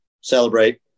celebrate